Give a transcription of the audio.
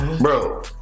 Bro